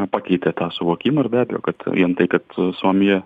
pakeitė tą suvokimą ir be abejo kad vien tai kad suomija